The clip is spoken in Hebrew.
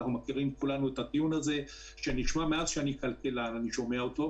זה טיעון שמאז שאני כלכלן אני שומע אותו,